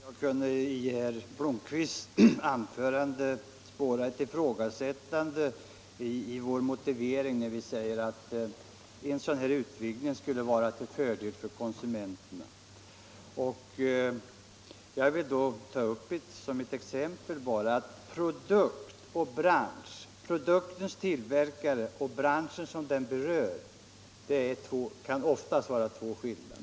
Herr talman! Jag kunde i herr Blomkvists anförande spåra ett ifrågasättande av vår motivering, när vi säger att en sådan här utvidgning skulle vara till fördel för konsumenterna. Jag vill då som ett exempel bara nämna följande. Produkten och den bransch som den berör kan oftast vara helt olika.